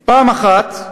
האחד,